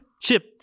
Chip